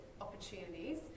opportunities